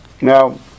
Now